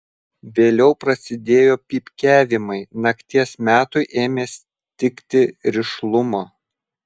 vėliau prasidėjo pypkiavimai nakties metui ėmė stigti rišlumo